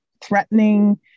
threatening